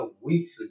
weeks